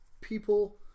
people